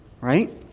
Right